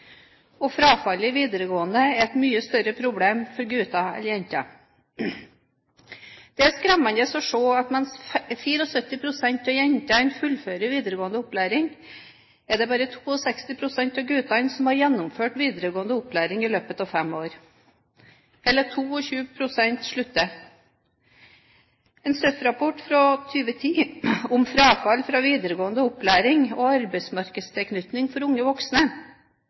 og frafallet i videregående skole er et mye større problem for gutter enn jenter. Det er skremmende å se at mens 74 pst. av jentene fullfører videregående opplæring, er det bare 62 pst. av guttene som har gjennomført videregående opplæring i løpet av fem år. Hele 22 pst. sluttet. En SØF-rapport fra 2010, Frafall fra videregående opplæring og arbeidsmarkedstilknytning for unge voksne,